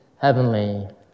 heavenly